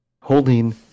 Holding